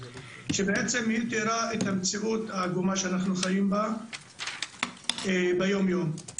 שבעצם היא תיארה את המציאות העגומה שאנחנו חיים בה ביום יום.